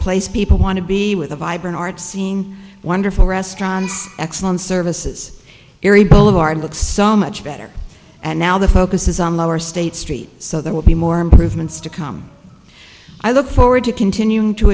place people want to be with a vibrant art seeing wonderful restaurants excellent services every boulevard with so much better and now the focus is on lower state street so there will be more improvements to come i look forward to continu